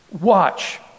watch